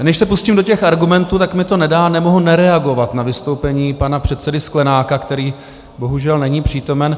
Než se pustím do těch argumentů, tak mi to nedá a nemohu nereagovat na vystoupení pana předsedy Sklenáka, který bohužel není přítomen.